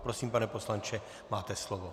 Prosím, pane poslanče, máte slovo.